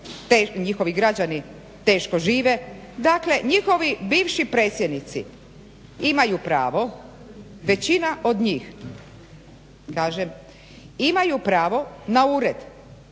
njihovi građani teško žive, dakle njihovi bivši predsjednici imaju pravo većina od njih kažem imaju pravo na ured,